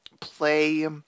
play